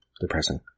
depressing